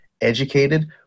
educated